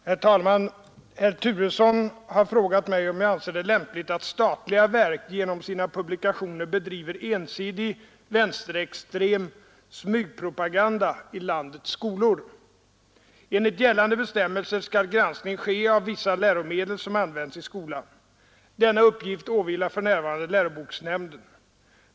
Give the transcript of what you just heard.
Herr talman! Herr Turesson har frågat mig, om jag anser det lämpligt att statliga verk genom sina publikationer bedriver ensidig vänsterextrem smygpropaganda i landets skolor. Enligt gällande bestämmelser skall granskning ske av vissa läromedel som används i skolan. Denna uppgift åvilar för närvarande läroboksnämnden.